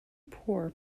poor